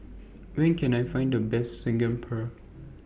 Where Can I Find The Best Saag Paneer